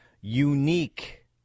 unique